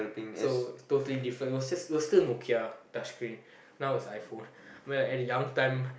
so totally different it was just it was still Nokia touch screen now it's iPhone when at a young time